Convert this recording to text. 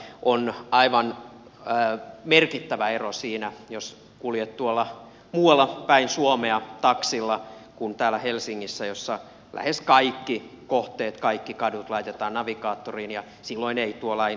on aivan merkittävä ero siinä jos kuljet tuolla muualla päin suomea taksilla kuin täällä helsingissä jossa lähes kaikki kohteet kaikki kadut laitetaan navigaattoriin ja silloin ei tuo lainsäädäntö toimi